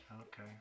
okay